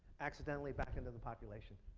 accidentally back into the population.